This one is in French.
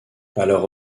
alors